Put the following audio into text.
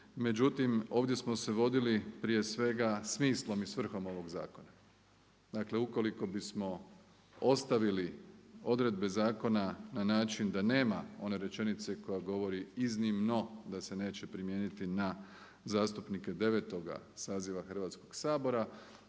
Međutim, ovdje smo se vodili prije svega smislom i svrhom ovog zakona. Dakle ukoliko bismo ostavili odredbe zakona na način da nema one rečenice koja govori iznimno da se neće primijeniti na zastupnike 9. saziva Hrvatskoga sabora